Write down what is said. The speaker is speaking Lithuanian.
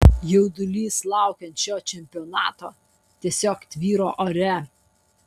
jaudulys laukiant šio čempionato tiesiog tvyro ore